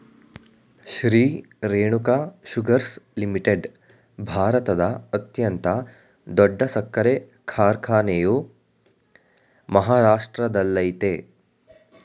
Shri Renuka sugars limited ಭಾರತದ ಅತ್ಯಂತ ದೊಡ್ಡ ಸಕ್ಕರೆ ಕಾರ್ಖಾನೆಯು ಮಹಾರಾಷ್ಟ್ರದಲ್ಲಯ್ತೆ